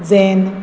zen